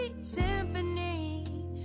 symphony